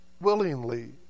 willingly